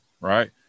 right